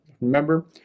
Remember